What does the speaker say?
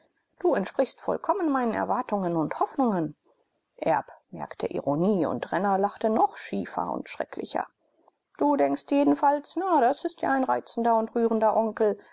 du entsprichst vollkommen meinen erwartungen und hoffnungen erb merkte ironie und renner lachte noch schiefer und schrecklicher du denkst jedenfalls na das ist ja ein reizender und rührender onkel